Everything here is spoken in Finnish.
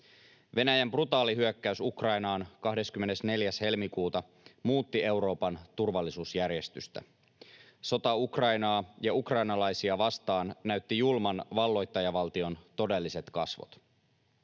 Venäjän brutaali hyökkäys Ukrainaan 24. helmikuuta muutti Euroopan turvallisuusjärjestystä. Sota Ukrainaa ja ukrainalaisia vastaan näytti julman valloittajavaltion todelliset kasvot.